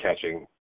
catching